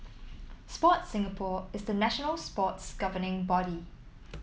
Sport Singapore is the national sports governing body